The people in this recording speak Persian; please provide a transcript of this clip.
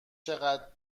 چقدر